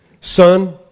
Son